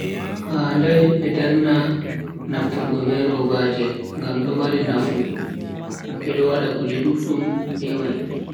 Handai be darna nafturgo be robaje, ngam do mari nafu, bedo wada kuje duddum be mai.